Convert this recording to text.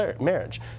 marriage